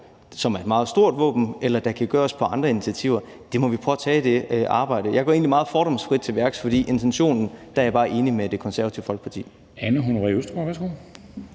som er et meget stort våben, eller der kan bruges andre initiativer, må vi påtage os det arbejde. Jeg går egentlig meget fordomsfrit til værks, for med hensyn til intentionen er jeg bare enig med Det Konservative Folkeparti.